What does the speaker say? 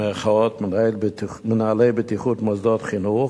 מנהלי בטיחות מוסדות חינוך,